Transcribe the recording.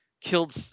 Killed